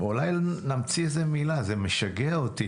אולי נמציא איזו מילה, זה משגע אותי